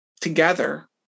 together